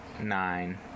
nine